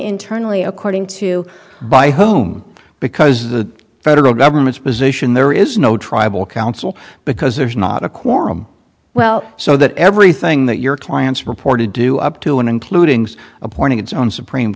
internally according to by whom because the federal government's position there is no tribal council because there's not a quorum well so that everything that your clients reported do up to and including appointing its own supreme